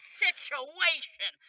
situation